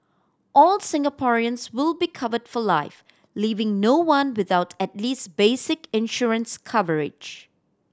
all Singaporeans will be covered for life leaving no one without at least basic insurance coverage